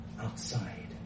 outside